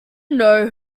know